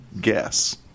guess